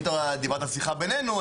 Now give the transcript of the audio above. אם אתה דיברת על שיחה בינינו,